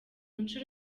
nshuro